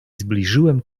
zbliżyłem